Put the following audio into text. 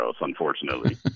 unfortunately